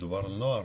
מדובר על נוער,